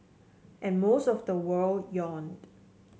and most of the world yawned